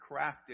crafted